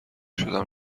شدم